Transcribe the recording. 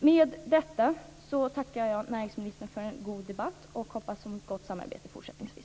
Med detta tackar jag näringsministern för en god debatt och hoppas på ett gott samarbete fortsättningsvis.